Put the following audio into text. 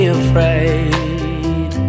afraid